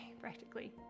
practically